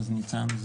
אז ניצן,